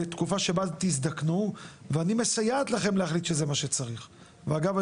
לתקופה שבה תזדקנו ואני מסייעת לכם להחליט שזה מה שצריך ואגב,